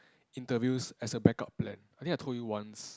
interviews as a back up plan I think I told you once